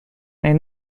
عین